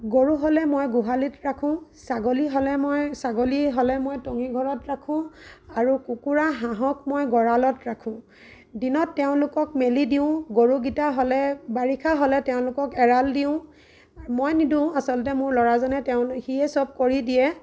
গৰু হলে মই গোহালিত ৰাখোঁ ছাগলী হ'লে মই ছাগলী হ'লে মই টঙি ঘৰত ৰাখোঁ আৰু কুকুৰা হাঁহক মই গঁৰালত ৰাখোঁ দিনত তেওঁলোকক মেলি দিওঁ গৰুকেইটা হ'লে বাৰিষা হ'লে তেওঁলোকক এৰাল দিওঁ আৰু মই নিদিওঁ আচলতে মোৰ ল'ৰাজনে তেওঁ সিয়ে সব কৰি দিয়ে